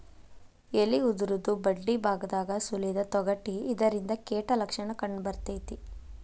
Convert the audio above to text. ಎಲಿ ಉದುರುದು ಬಡ್ಡಿಬಾಗದಾಗ ಸುಲಿದ ತೊಗಟಿ ಇದರಿಂದ ಕೇಟ ಲಕ್ಷಣ ಕಂಡಬರ್ತೈತಿ